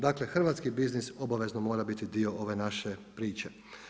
Dakle hrvatski biznis obavezno mora biti dio ove naše priče.